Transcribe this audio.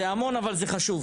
זה המון אבל זה חשוב.